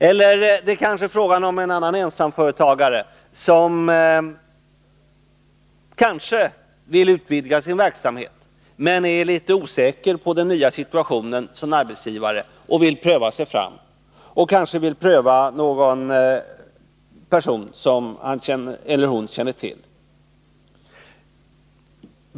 Det kan också vara fråga om en ensamföretagare som kanske vill utvidga sin verksamhet men som är litet osäker i den nya situationen som arbetsgivare och vill pröva sig fram genom att försöksvis engagera någon person som han eller hon känner till.